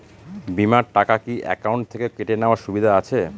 বিমার টাকা কি অ্যাকাউন্ট থেকে কেটে নেওয়ার সুবিধা আছে?